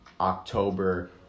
October